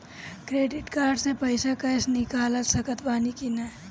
Credit card से पईसा cash निकाल सकत बानी की ना?